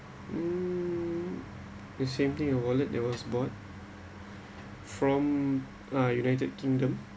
mm the same thing a wallet they was bought from uh united kingdom